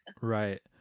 right